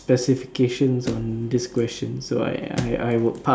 specifications on this question so I I I would pass